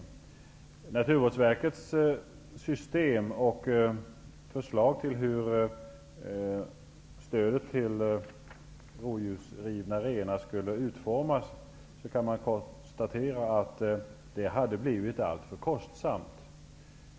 Man kan konstatera att Naturvårdsverkets system och förslag till hur ersättningen för rovdjursrivna renar skulle utformas hade blivit alltför kostsamt.